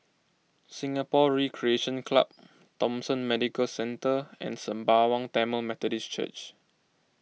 Singapore Recreation Club Thomson Medical Centre and Sembawang Tamil Methodist Church